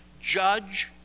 Judge